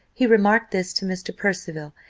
he remarked this to mr. percival,